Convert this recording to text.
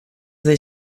they